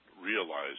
realize